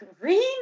green